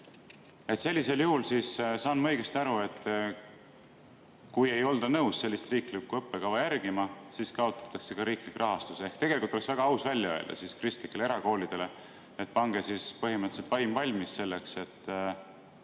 Sellisel juhul siis, kas ma saan õigesti aru, et kui ei olda nõus sellist riiklikku õppekava järgima, siis kaotatakse ka riiklik rahastus? Ehk tegelikult oleks väga aus välja öelda kristlikele erakoolidele, et pange siis põhimõtteliselt vaim valmis selleks, et